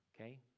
Okay